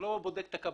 הוא לא בודק את הקבלות.